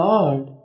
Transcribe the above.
Lord